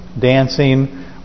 dancing